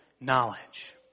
knowledge